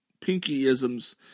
pinky-isms